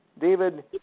David